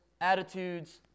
attitudes